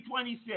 26